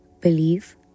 Believe